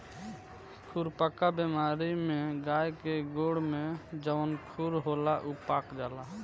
खुरपका बेमारी में गाय के गोड़ में जवन खुर होला उ पाक जाला